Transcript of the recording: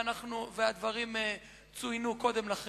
והדברים צוינו קודם לכן.